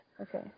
Okay